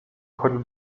chodził